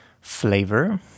flavor